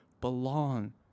belong